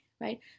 right